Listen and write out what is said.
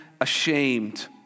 ashamed